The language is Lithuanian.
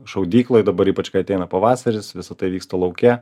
šaudykloj dabar ypač kai ateina pavasaris visa tai vyksta lauke